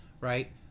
right